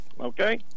okay